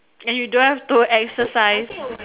and you don't have to exercise